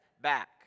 back